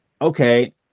okay